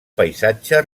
paisatge